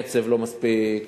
הקצב לא מספיק,